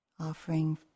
Offering